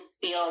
feel